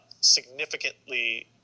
significantly